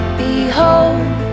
behold